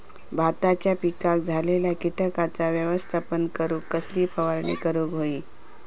भाताच्या पिकांक झालेल्या किटकांचा व्यवस्थापन करूक कसली फवारणी करूक होई?